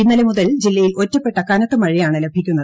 ഇന്നലെ മുതൽ ജില്ലയിൽ ഒറ്റപ്പെട്ട കനത്ത മഴയാണ് ലഭിക്കുന്നത്